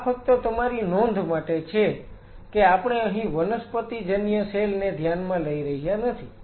આ ફક્ત તમારી નોંધ માટે છે કે આપણે અહીં વનસ્પતિજન્ય સેલ ને ધ્યાનમાં લઈ રહ્યા નથી